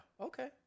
Okay